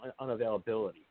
unavailability